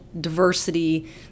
diversity